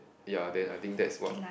ya then I think that's what